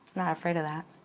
not afraid of that.